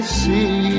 see